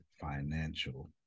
financial